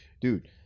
dude